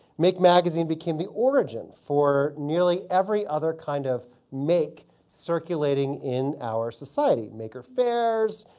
make magazine became the origin for nearly every other kind of make circulating in our society, maker faires,